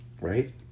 right